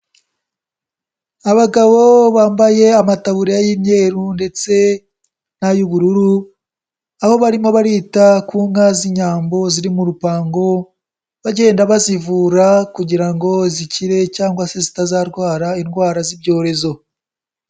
Abagabo bambaye amataburiya y'imyeru ndetse n'ay'ubururu, aho barimo barita ku nka z'Inyambo ziri mu rupango bagenda bazivura kugira ngo zikire cyangwa se zitazarwara indwara z'ibyorezo.